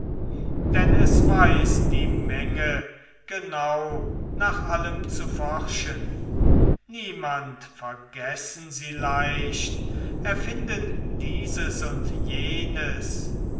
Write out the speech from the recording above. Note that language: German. denn es weiß die menge genau nach allem zu forschen niemand vergessen sie leicht erfinden dieses und jenes